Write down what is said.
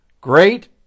great